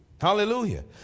Hallelujah